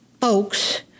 folks